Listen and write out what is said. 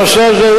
משום שהנושא הזה,